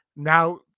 now